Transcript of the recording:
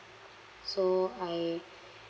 so I